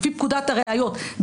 לפי פקודת הראיות,